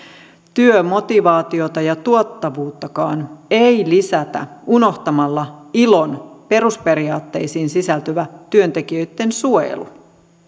työmotivaatiota ja tuottavuuttakaan ei lisätä unohtamalla ilon perusperiaatteisiin sisältyvä työntekijöitten suojelu